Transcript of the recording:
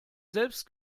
selbst